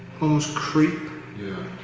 almost creep yeah